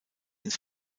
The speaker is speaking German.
ins